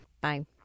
Bye